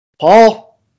Paul